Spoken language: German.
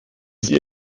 sie